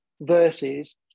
versus